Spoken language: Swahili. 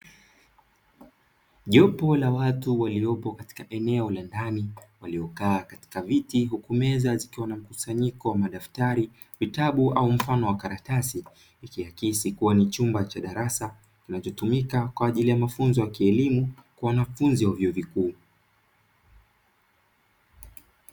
Jopo la watu waliopo katika eneo la ndani, waliokaa katika viti huku meza zikiwa na mkusanyiko wa madaftari, vitabu au mfano wa makaratasi. Ikiakisi kuwa ni chumba cha darasa kinachotumika kwa ajili ya mafunzo ya kielimu kwa wanafunzi wa chuo kikuu.